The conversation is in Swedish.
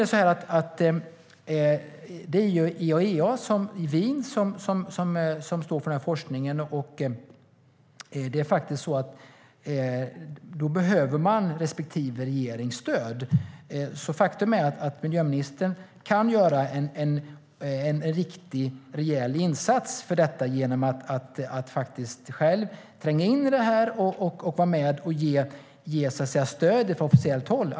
Det är IAEA i Wien som står för den här forskningen. Då behöver man faktiskt respektive regerings stöd. Faktum är att miljöministern kan göra en riktigt rejäl insats för detta genom att själv tränga in i det här och vara med och ge stöd från officiellt håll.